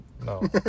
No